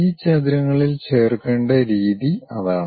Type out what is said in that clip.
ഈ ചതുരങ്ങളിൽ ചേർക്കേണ്ട രീതി അതാണ്